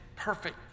Perfect